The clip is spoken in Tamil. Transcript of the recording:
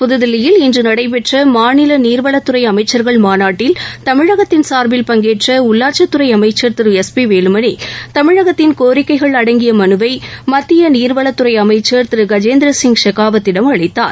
புதுதில்லியில் இன்று நடைபெற்ற மாநில நீர்வளத்துறை அமைச்சர்கள் மாநாட்டில் தமிழகத்தின் சார்பில் பங்கேற்ற உள்ளாட்சித்துறை அமைச்சர் திரு எஸ் பி வேலுமணி தமிழகத்தின் கோரிக்கைகள் அடங்கிய மனுவை மத்திய நீர்வளத்துறை அமைச்சர் திரு கஜேந்திர சிப் ஷெகாவத்திடம் அளித்தார்